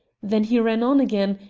then he ran on again,